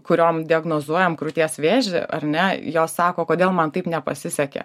kuriom diagnozuojam krūties vėžį ar ne jos sako kodėl man taip nepasisekė